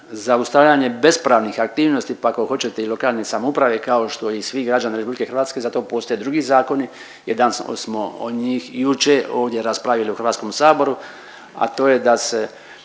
Zaustavljanje bespravnih aktivnosti, pa ako hoćete i lokalne samouprave, kao što i svih građana RH za to postoje i drugi zakoni jedan smo od njih jučer ovdje raspravili u HS-u, a to je da se